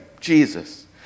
Jesus